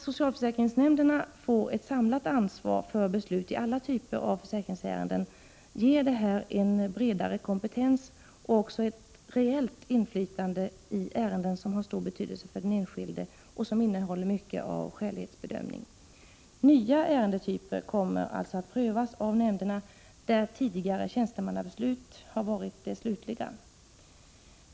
Socialförsäkringsnämnderna får ett samlat ansvar för beslut i alla typer av försäkringsärenden, och detta ger en bredare kompetens och även ett reellt inflytande i ärenden som har stor betydelse för den enskilde och som innehåller mycket av skälighetsbedömning. Nya ärendetyper, där tjänstemannabeslut tidigare har varit de slutliga, kommer alltså att prövas av nämnderna.